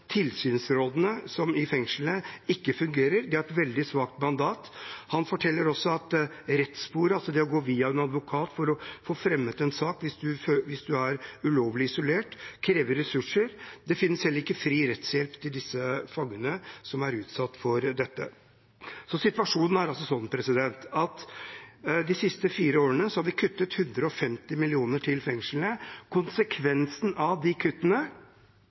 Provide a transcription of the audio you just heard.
tilsynsrådene i fengslene ikke fungerer. De har et veldig svakt mandat. Han forteller også at rettssporet – det å gå via en advokat for å få fremmet en sak hvis man er ulovlig isolert – krever ressurser, og det finnes heller ikke fri rettshjelp til de fangene som er utsatt for dette. Situasjonen er altså sånn at de siste fire årene har vi kuttet 150 mill. kr til fengslene. Konsekvensen av disse kuttene